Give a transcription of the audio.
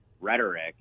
rhetoric